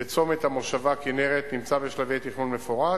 בצומת המושבה כינרת, נמצא בשלבי תכנון מפורט.